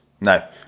No